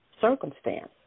circumstance